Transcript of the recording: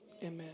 Amen